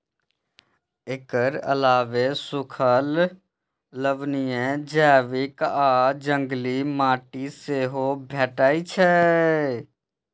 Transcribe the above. एकर अलावे सूखल, लवणीय, जैविक आ जंगली माटि सेहो भेटै छै